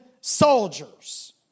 soldiers